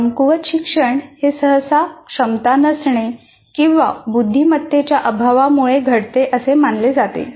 कमकुवत शिक्षण हे सहसा क्षमता नसणे किंवा बुद्धिमत्तेच्या अभावामुळे घडते असे मानले जाते